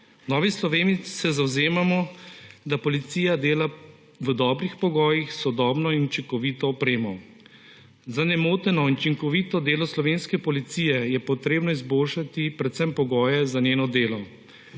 V Novi Sloveniji se zavzemamo, da policija dela v dobrih pogojih s sodobno in učinkovito opremo. Za nemoteno in učinkovito delo slovenske policije je treba izboljšati predvsem pogoje za njeno delo.